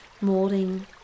molding